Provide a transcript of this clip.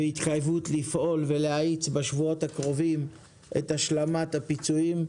והתחייבות לפעול ולהאיץ בשבועות הקרובים את השלמת הפיצויים.